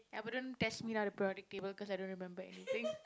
ya but don't test me lah the periodic table cause I don't remember anything